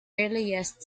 earliest